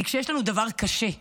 כי כשיש לנו דבר קשה,